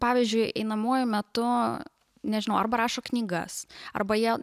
pavyzdžiui einamuoju metu nežinau arba rašo knygas arba jie